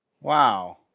Wow